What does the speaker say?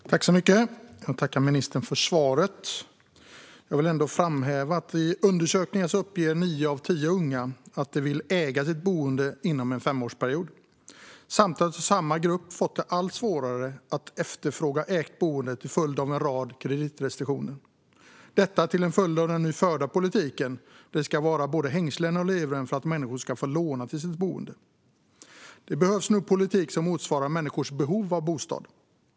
Fru ålderspresident! Jag vill tacka ministern för svaret. Jag vill framhäva att i undersökningar uppger nio av tio unga att de vill äga sitt boende inom en femårsperiod. Samtidigt har samma grupp fått det allt svårare att efterfråga ägt boende till följd av en rad kreditrestriktioner. Detta är en följd av den nu förda politiken där det ska vara både hängslen och livrem för att människor ska få låna till sitt boende. Det behövs nu politik som motsvarar människors behov av bostad.